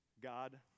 God